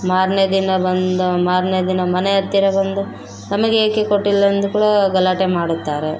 ಮಾರನೇ ದಿನ ಬಂದ ಮಾರನೇ ದಿನ ಮನೆ ಹತ್ತಿರ ಬಂದು ನಮಗೆ ಏಕೆ ಕೊಟ್ಟಿಲ್ಲ ಎಂದು ಕೂಡ ಗಲಾಟೆ ಮಾಡುತ್ತಾರೆ